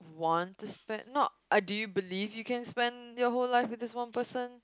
want to spend not uh do you believe you can spend your whole life with this one person